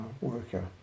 worker